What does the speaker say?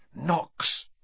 Knocks